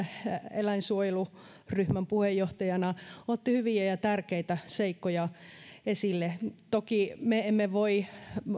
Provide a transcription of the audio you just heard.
eläinsuojeluryhmän puheenjohtajana otti hyviä ja tärkeitä seikkoja esille toki me emme voi